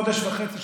חודש וחצי.